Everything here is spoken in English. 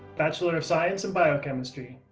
bachelor of science in biochemistry.